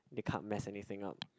they can't mess anything up